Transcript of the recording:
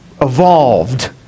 evolved